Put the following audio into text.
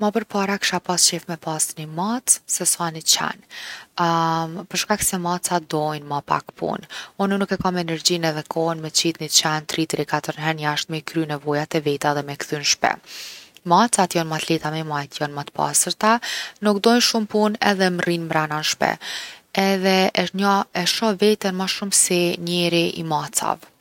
Ma përpara kisha pas qef me pas ni macë se sa ni qen për shkak se macat dojnë ma pak punë. Unë nuk e kom energjinë edhe kohën me qit ni qet 3 deri n’4 jashtë m’i kry nevojat e veta edhe me kthy n’shpi. Macat jon ma t’lehta mi majt, jon ma t’pastërta, nuk dojnë shumë punë edhe rrijnë mrena n’shpi. Edhe njo- e shoh veten ma shumë si njeri i macave.